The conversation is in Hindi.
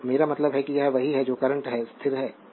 तो मेरा मतलब है कि यह वही है जो करंट में स्थिर है